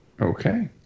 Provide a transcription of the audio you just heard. Okay